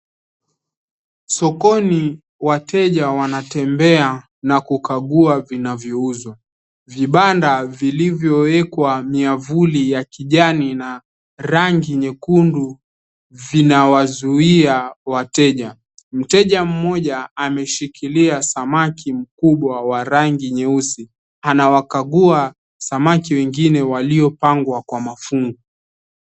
Sokoni wateja wanatembea na kukagua vinavyouzwa vibanda vilivyowekwa miavuli ya kijani na rangi nyekundu vinawazuia wateja. Mteja mmoja ameshikilia samaki mkubwa wa rangi nyeusi anawakagua samaki wengine waliopangwa kwa mafungu.